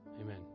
Amen